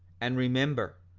and remember,